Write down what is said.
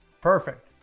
Perfect